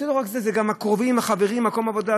זה לא רק זה, זה גם הקרובים והחברים, מקום עבודה.